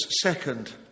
second